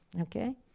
Okay